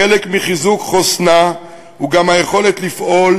חלק מחיזוק חוסנה הוא גם היכולת לפעול